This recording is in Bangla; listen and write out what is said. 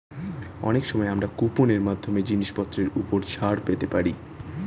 অনেক সময় আমরা কুপন এর মাধ্যমে জিনিসপত্রের উপর ছাড় পেতে পারি